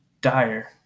dire